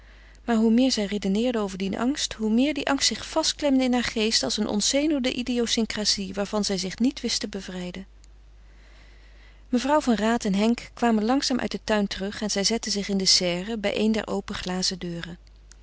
maar hoe meer zij redeneerde over dien angst hoe meer die angst zich vastklemde in haar geest als een ontzenuwende idiosyncrasie waarvan zij zich niet wist te bevrijden mevrouw van raat en henk kwamen langzaam uit den tuin terug en zij zetten zich in de serre bij een der open glazen deuren